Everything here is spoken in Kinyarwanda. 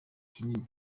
kinini